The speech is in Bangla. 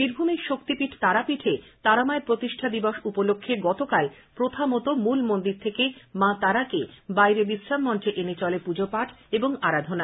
বীরভূমের শাক্তিপীঠ তারাপীঠে তারামায়ের প্রতিষ্ঠাদিবস উপলক্ষে গতকাল প্রথামতো মূল মন্দির থেকে মতারাকে বাইরে বিশ্রামমঞ্চে এনে চলে পুজোপাঠ আরাধনা